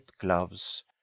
gloves